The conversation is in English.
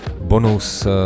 bonus